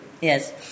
Yes